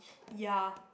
ya